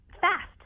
Fast